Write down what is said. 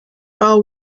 all